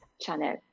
channel